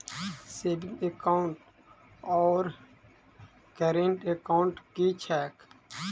Saving account आओर current account की छैक?